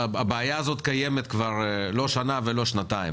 הבעיה הזאת קיימת כבר לא שנה ולא שנתיים,